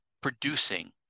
producing